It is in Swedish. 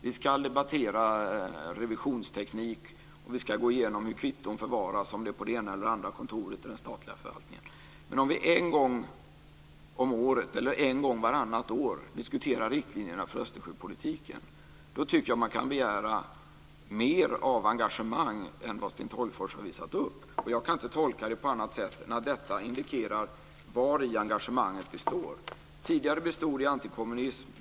Vi ska debattera revisionsteknik, och vi ska gå igenom hur kvitton förvaras, om det är på det ena eller det andra kontoret inom den statliga förvaltningen. Men om vi en gång om året eller en gång vartannat år diskuterar riktlinjerna för Östersjöpolitiken då tycker jag att man kan begära mer av engagemang än vad Sten Tolgfors har visat upp. Jag kan inte tolka det på något annat sätt än att detta indikerar vari engagemanget består. Tidigare bestod det i antikommunism.